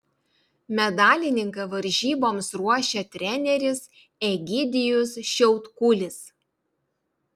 medalininką varžyboms ruošia treneris egidijus šiautkulis